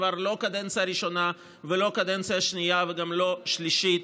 כבר לא קדנציה ראשונה ולא קדנציה שנייה וגם לא שלישית,